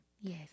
Yes